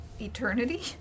eternity